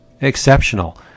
Exceptional